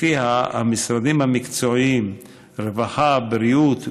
שלפיה המשרדים המקצועיים, רווחה, בריאות ואוצר,